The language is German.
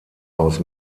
aus